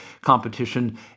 competition